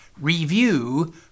review